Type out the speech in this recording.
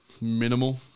minimal